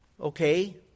Okay